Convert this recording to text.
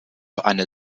eine